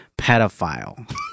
pedophile